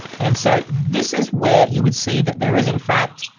and so this is where you would see that there is in fact,